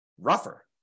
rougher